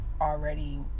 already